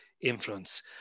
influence